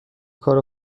کار